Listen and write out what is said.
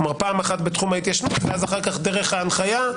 פעם אחת בתחום ההתיישנות ואז אחר כך דרך ההנחיה,